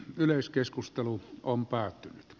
yleiskeskustelu on päättynyt